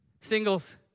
Singles